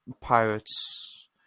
pirates